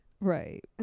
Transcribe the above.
right